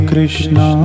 Krishna